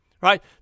right